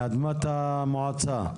מאדמת המועצה.